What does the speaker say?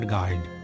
Guide।